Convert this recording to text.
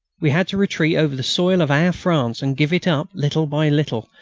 we had to retreat over the soil of our france and give it up, little by little,